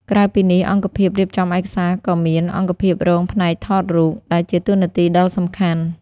ក្រៅពីនេះ អង្គភាពរៀបចំឯកសារក៏មាន អង្គភាពរងផ្នែកថតរូប ដែលជាតួនាទីដ៏សំខាន់។